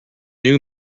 new